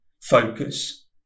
focus